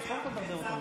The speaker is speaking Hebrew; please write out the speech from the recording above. אין שר במליאה.